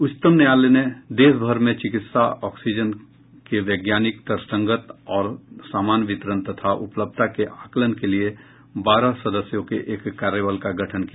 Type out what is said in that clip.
उच्चतम न्यायालय ने देशभर में चिकित्सा ऑक्सीजन के वैज्ञानिक तर्कसंगत और समान वितरण तथा उपलब्धता के आकलन के लिए बारह सदस्यों के एक कार्यबल का गठन किया